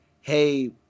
hey